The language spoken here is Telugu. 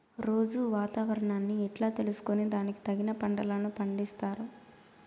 రోజూ వాతావరణాన్ని ఎట్లా తెలుసుకొని దానికి తగిన పంటలని పండిస్తారు?